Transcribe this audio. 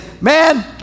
man